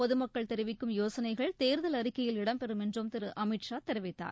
பொதுமக்கள் தெரிவிக்கும் யோசனைகள் தேர்தல் அறிக்கையில் இடம்பெறும் என்றும் திரு அமித் ஷா தெரிவித்தார்